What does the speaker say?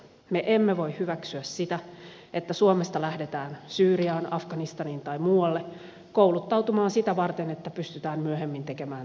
me emme voi hyväksyä sitä että suomesta lähdetään syyriaan afganistaniin tai muualle kouluttautumaan sitä varten että pystytään myöhemmin tekemään terrorismirikoksia